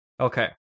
Okay